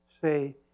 say